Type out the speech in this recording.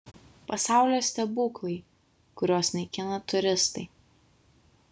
pasaulio stebuklai kuriuos naikina turistai